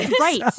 Right